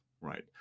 right